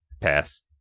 Pass